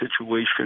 situation